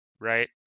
right